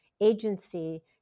agency